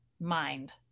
mind